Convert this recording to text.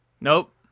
Nope